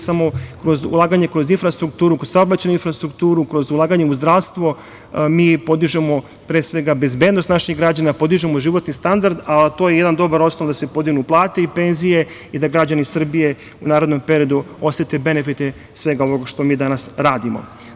Samo kroz ulaganje kroz infrastrukturu, u saobraćajnu infrastrukturu, kroz ulaganje u zdravstvo, mi podižemo pre svega bezbednost naših građana, podižemo životni standard, a to je jedan dobar osnov da se podignu plate i penzije i da građani Srbije u narednom periodu osete benefite svega onoga što mi danas radimo.